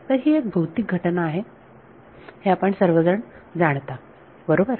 तर ही एक भौतिक घटना आहे हे आपण सर्वजण जाणता बरोबर